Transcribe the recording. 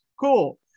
cool